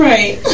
Right